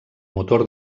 motor